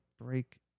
break